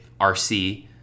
RC